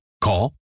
Call